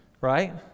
right